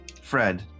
Fred